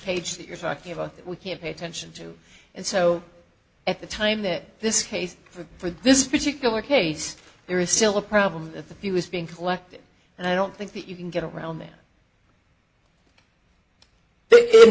page that you're talking about we can pay attention to it so at the time that this case for this particular case there is still a problem with a few is being collected and i don't think that you can get around there